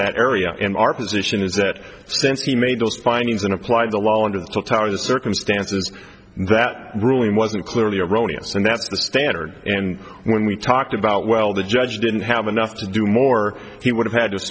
that area and our position is that since he made those findings and apply the law under the target circumstances that really wasn't clearly erroneous and that's the standard and when we talked about well the judge didn't have enough to do more he would have had